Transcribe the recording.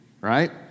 Right